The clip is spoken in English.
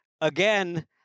again